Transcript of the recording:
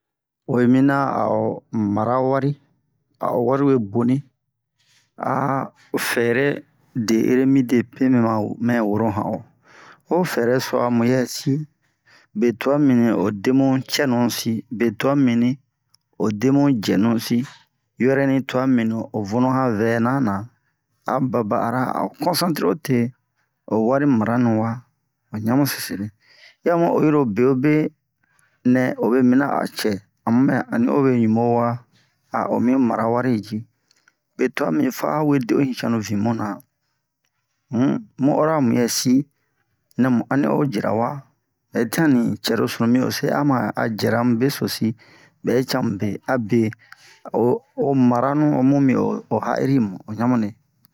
Uwe mina a'o mara wari a'o wari we boni fɛrɛ de'ere midepe mɛ ma mɛ woro han o ho fɛrɛ so a muyɛsi betuwa mimini o demu cɛnu si betuwa mimini o demu jɛnu si yoroni tuwa mimini o vunu han vɛna na a baba ara a'o konsantere o te o wari mara nu wa o ɲamu sesere yi a mu oyi ro bewobe nɛ obe mina a cɛ a mu bɛ ani obe ɲubo wa o mi mara wari ji be tuwa mibini fa o we de o ɲucanu vin muna um mu oro a muyɛsi nɛ mu ani o jira wa hɛtian ni cɛro sunu mi o se ama a jɛra mu besosi bɛ can mube abe o o maranu o mu mi o ha'iri mu o ɲamu de